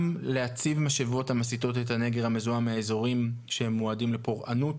להציב משאבות המסיתות את הנגר המזוהם מהאזורים שהם מועדים לפורענות.